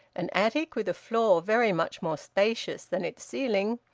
an attic with a floor very much more spacious than its ceiling,